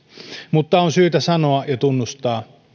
mutta on syytä sanoa ja tunnustaa